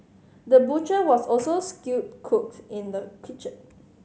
the butcher was also skilled cook in the kitchen